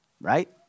right